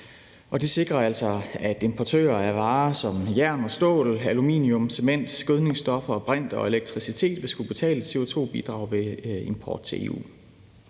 Det sikrer altså, at importører af varer som jern, stål, aluminium, cement, gødningsstoffer, brint og elektricitet vil skulle betale CO2-bidrag ved import til EU.